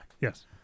Yes